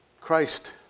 Christ